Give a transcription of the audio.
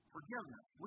Forgiveness